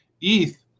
ETH